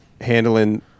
handling